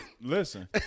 listen